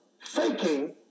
faking